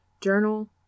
journal